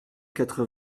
quatre